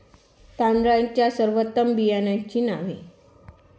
तांदळाच्या सर्वोत्तम बियाण्यांची नावे?